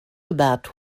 about